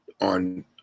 on